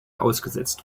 ausgesetzt